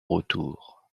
retour